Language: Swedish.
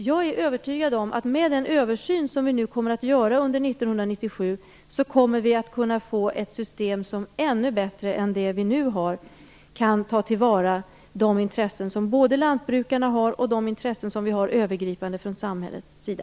Jag är övertygad om att vi med den översyn som vi kommer att göra 1997 kommer att kunna få ett system där vi ännu bättre än nu kan ta till vara både lantbrukarnas intressen och de intressen som vi i övrigt har från samhällets sida.